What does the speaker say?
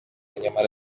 nyamara